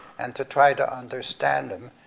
and to try to understand them,